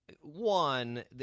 One